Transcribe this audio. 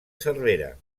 cervera